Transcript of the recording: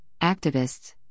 activists